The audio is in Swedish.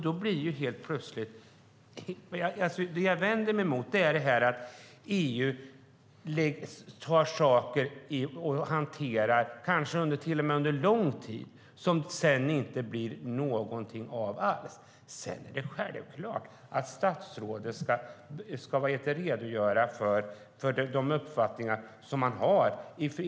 Det jag vänder mig emot är att EU hanterar saker, kanske till och med under lång tid, som det sedan inte blir någonting av alls. Sedan är det självklart att statsrådet ska redogöra för de uppfattningar man har.